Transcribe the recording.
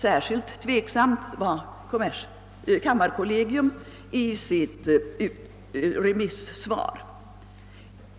Särskilt tveksamt var kammarkollegiet i sitt remissvar.